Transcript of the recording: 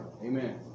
Amen